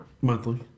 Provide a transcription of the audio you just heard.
Monthly